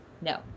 no